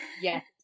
Yes